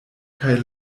kaj